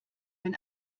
wenn